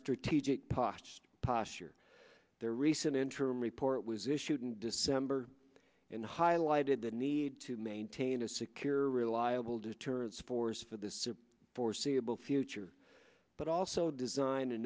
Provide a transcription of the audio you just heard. strategic postes posture their recent interim report was issued in december and highlighted the need to maintain a secure reliable deterrence force for this foreseeable future but also design